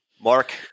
Mark